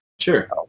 Sure